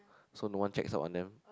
so no one checks up on them